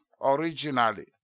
originally